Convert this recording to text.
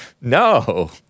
No